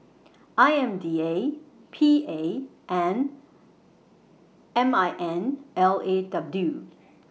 I M D A P A and M I N L A W